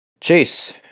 chase